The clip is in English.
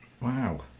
Wow